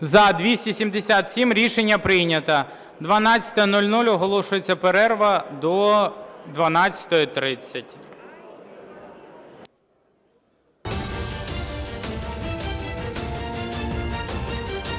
За-277 Рішення прийнято. 12:00. Оголошується перерва до 12:30.